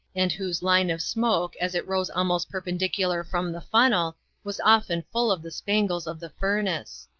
and whose line of smoke as it rose almost perpendicular from the funnel was often full of the spangles of the furnace.